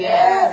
Yes